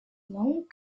long